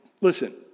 listen